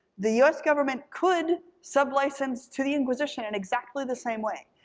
the u s. government could sub-license to the inquisition in exactly the same way.